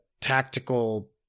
tactical